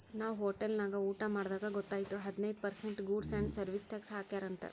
ನಾವ್ ಹೋಟೆಲ್ ನಾಗ್ ಊಟಾ ಮಾಡ್ದಾಗ್ ಗೊತೈಯ್ತು ಹದಿನೆಂಟ್ percent goods and service tax ಹಾಕ್ಯಾರ್ ಅಂತ್